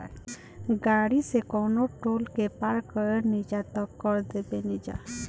गाड़ी से कवनो टोल के पार करेनिजा त कर देबेनिजा